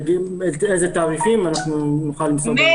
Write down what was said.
תגידו לנו באיזה תאריכים, נוכל לבדוק.